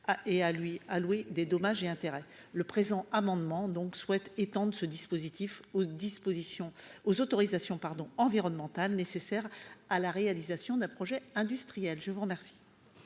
à lui allouer des dommages et intérêts. Par le présent amendement, nous souhaitons étendre ce dispositif aux autorisations environnementales nécessaires à la réalisation d'un projet industriel. Quel